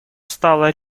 стало